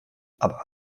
aber